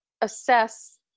assess